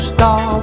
Star